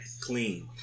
clean